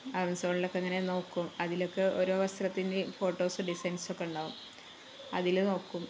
ആമസോണിലൊക്കെ ഇങ്ങനെ നോക്കും അതിലൊക്കെ ഓരോ വസ്ത്രത്തിന്റെയും ഫോട്ടോസും ഡിസൈൻസൊക്കെ ഉണ്ടാവും അതില് നോക്കും